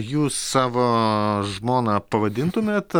jūs savo žmoną pavadintumėt